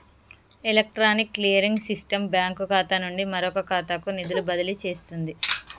electronic clearing system bank ఖాతా నుండి మరొక ఖాతాకు నిధులు బదిలీ చేస్తుంది